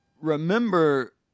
remember